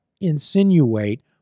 insinuate